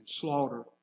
Slaughter